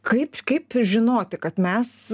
kaip kaip žinoti kad mes